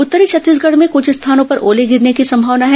उत्तरी छत्तीसगढ़ में कुछ स्थानों पर ओले गिरने की संभावना है